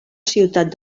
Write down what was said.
ciutat